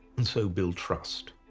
and so build trust.